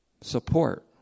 support